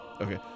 Okay